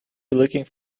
looking